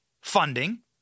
funding